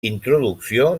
introducció